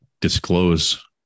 disclose